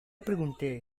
pregunté